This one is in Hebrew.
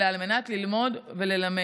אלא על מנת ללמוד וללמד,